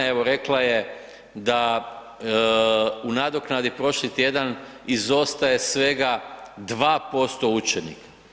Evo rekla je da u nadoknadi prošli tjedan izostaje 2% učenika.